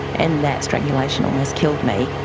and that strangulation almost killed me.